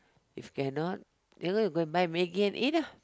if cannot cannot you go and buy Maggi and eat lah